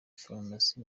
farumasi